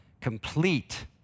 complete